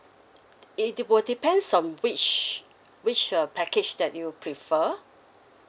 it will depends on which which uh package that you prefer